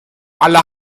aller